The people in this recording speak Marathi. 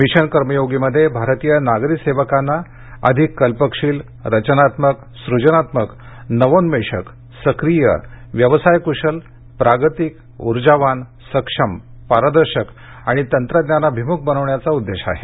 मिशन कर्मयोगीमध्ये भारतीय नागरी सेवकांना अधिक कल्पकशील रचनात्मक सुजनात्मक नवोन्मेषक सक्रिय व्यवसायक्शल प्रागतिक उर्जावान सक्षम पारदर्शक आणि तंत्रज्ञानाभिम्ख बनवण्याचा उद्देश आहे